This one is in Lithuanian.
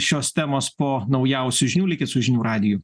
šios temos po naujausių žinių likit su žinių radiju